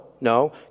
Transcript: no